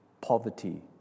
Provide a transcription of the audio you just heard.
poverty